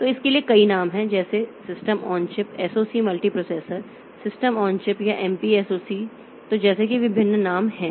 तो इसके लिए कई नाम हैं जैसे system on chip SoC multi processor system on chip या MPSoC तो जैसे कि विभिन्न नाम हैं